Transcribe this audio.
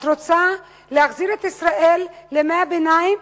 את רוצה להחזיר את ישראל לימי-הביניים?